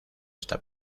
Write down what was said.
esta